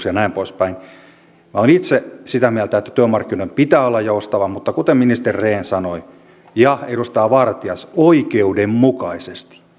ja näin poispäin minä olen itse sitä mieltä että työmarkkinoiden pitää olla joustavat mutta kuten ministeri rehn ja edustaja vartia sanoivat oikeudenmukaisesti